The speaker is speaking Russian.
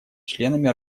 членами